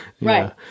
right